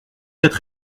être